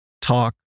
talk